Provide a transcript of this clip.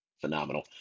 phenomenal